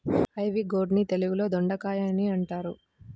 ivy gourd ని తెలుగులో దొండకాయ అని అంటారు